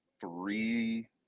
three